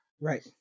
Right